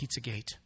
Pizzagate